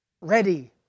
ready